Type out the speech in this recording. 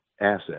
asset